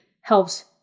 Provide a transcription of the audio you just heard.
helps